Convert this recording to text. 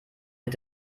mit